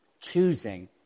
choosing